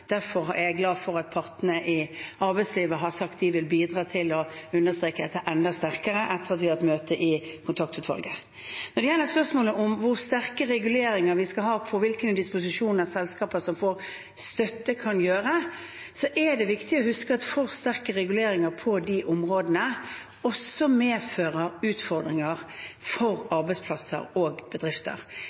Derfor er jeg glad for at partene i arbeidslivet har sagt at de vil bidra til å understreke dette enda sterkere etter at vi har hatt møte i kontaktutvalget. Når det gjelder spørsmålet om hvor sterke reguleringer vi skal ha for hvilke disposisjoner selskaper som får støtte, kan gjøre, er det viktig å huske at for sterke reguleringer på de områdene også medfører utfordringer for arbeidsplasser og bedrifter.